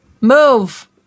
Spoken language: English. move